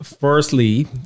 firstly